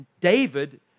David